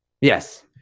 Yes